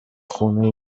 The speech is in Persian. خونه